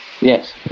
Yes